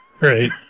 right